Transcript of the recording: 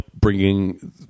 bringing